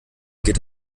geht